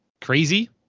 crazy